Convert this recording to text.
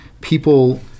People